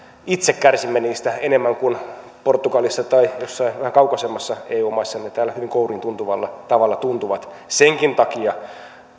itse kärsimme niistä enemmän kuin portugalissa tai jossain vähän kaukaisemmassa eu maassa ne täällä hyvin kouriintuntuvalla tavalla tuntuvat senkin takia